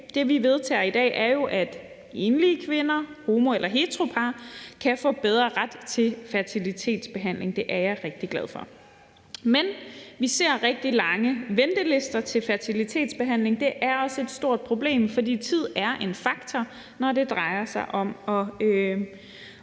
Det, vi vedtager i dag, er jo, at enlige kvinder, homo- eller heteropar, kan få bedre ret til fertilitetsbehandling. Det er jeg rigtig glad for. Men vi ser rigtig lange ventelister til fertilitetsbehandling. Det er også et stort problem, fordi tid er en faktor, når det drejer sig om at